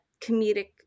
comedic